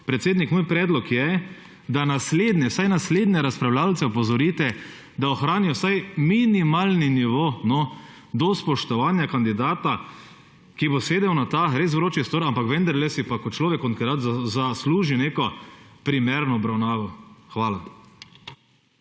Podpredsednik moj predlog je, naslednje, vsaj naslednje razpravljavce opozorite, da ohranijo vsaj minimalni nivo do spoštovanja kandidata, ki bo sedel na res vroči stol, ampak vendarle si pa kot človek, kot kandidat zasluži neko primerno obravnavo. Hvala.